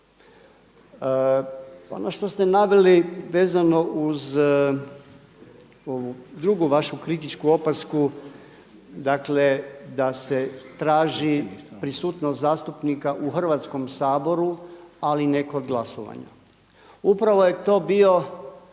Ono što ste naveli vezano uz ovu drugu vašu kritičku opasku, dakle da se traži prisutnost zastupnika u Hrvatskom saboru ali ne kod glasovanja. Upravo je to bio,